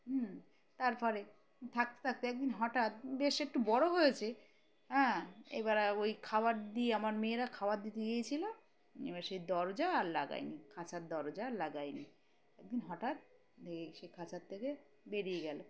হুম তারপরে থাকতে থাকতে একদিন হঠাৎ বেশ একটু বড়ো হয়েছে হ্যাঁ এবার ওই খাবার দিয়ে আমার মেয়েরা খাবার দিতে গিয়েছিলো এবার সেই দরজা আর লাগায়নি খাঁচার দরজা আর লাগায়নি একদিন হঠাৎ সেই খাঁচার থেকে বেরিয়ে গেলো